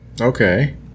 Okay